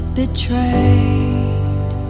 betrayed